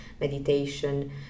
meditation